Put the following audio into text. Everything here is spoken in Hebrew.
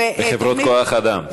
וחברות כוח-האדם.